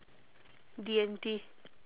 D and T